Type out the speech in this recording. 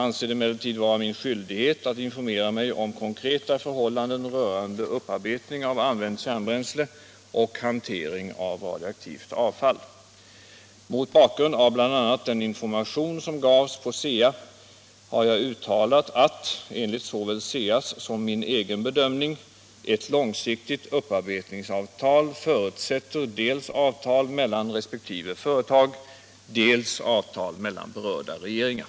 Om uttalande rörande förutsättningarna för avtal om upparbetning av använt kärnbränsle Om uttalande rörande förutsättningarna för avtal om upparbetning av använt kärnbränsle